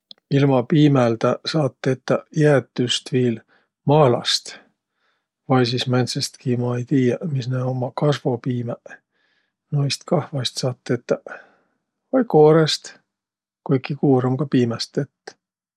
Ilma piimäldä saat tetäq ijätüst viil mahlast vai sis määntsestki, ma ei tiiäq, mis nä ummaq, kasvopiimäq. Noist kah vaest saat tetäq. Vai koorõst, kuiki kuur um kah piimäst tett.